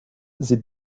sie